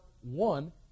one